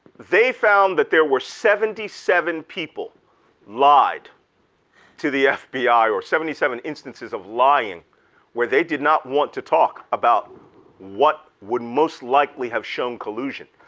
they found that there were seventy seven people lied to the fbi or seventy seven instances of lying where they did not want to talk about what would most likely have shown collusion.